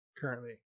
currently